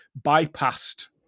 bypassed